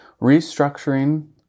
restructuring